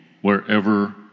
wherever